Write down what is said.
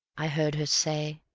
i heard her say.